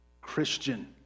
Christian